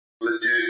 legit